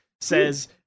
says